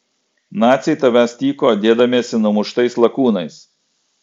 naciai tavęs tyko dėdamiesi numuštais lakūnais